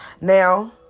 Now